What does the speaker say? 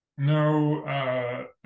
No